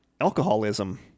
alcoholism